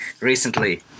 recently